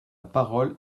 parole